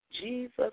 Jesus